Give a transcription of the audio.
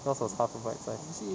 yours was half a bite sized